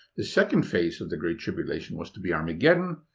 the second phase of the great tribulation was to be armageddon.